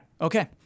Okay